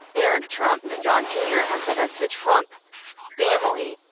eric trump and don junior, have said that the trump family,